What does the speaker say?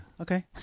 Okay